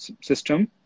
system